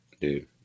dude